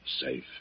safe